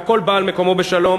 והכול בא על מקומו בשלום,